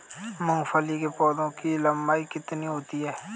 मूंगफली के पौधे की लंबाई कितनी होती है?